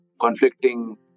conflicting